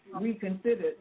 reconsider